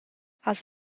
has